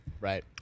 Right